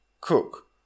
Cook